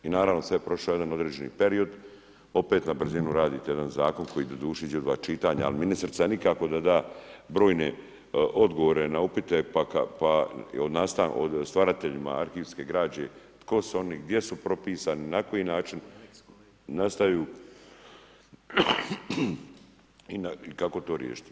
I naravno, sad je prošao jedan određeni period, opet na brzinu radite jedan zakon koji doduše ... čitanja, ali ministrica nikako da da brojne odgovore na upite, pa o stvarateljima arhivske građe, tko su oni, gdje su propisani, na koji način nastaju i kako to riješiti.